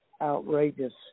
outrageous